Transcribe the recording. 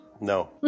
no